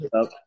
up